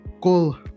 call